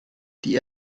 die